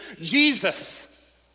Jesus